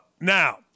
now